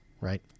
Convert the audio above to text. right